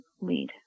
lead